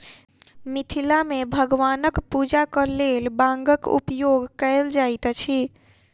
मिथिला मे भगवानक पूजाक लेल बांगक उपयोग कयल जाइत अछि